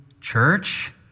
church